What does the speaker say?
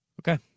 Okay